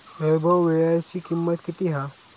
वैभव वीळ्याची किंमत किती हा?